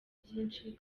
byinshi